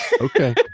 Okay